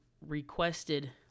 requested